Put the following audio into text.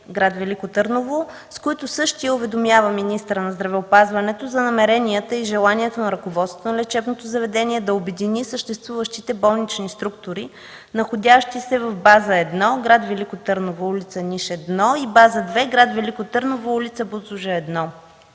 град Велико Търново, с които същият уведомява министъра на здравеопазването за намеренията и желанието на ръководството на лечебното заведение да обедини съществуващите болнични структури, находящи се в База 1 – град Велико Търново, ул. „Ниш” 1, и База 2 – град Велико Търново, ул. „Бузлуджа”